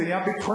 זה עניין ביטחוני,